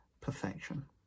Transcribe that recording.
perfection